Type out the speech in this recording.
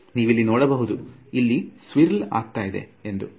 ನೀವಿಲ್ಲಿ ನೋಡಬಹುದು ಇಲ್ಲಿ ಸ್ವಿರ್ಲ್ ಆಗ್ತಾ ಇದೆ ಎಂದು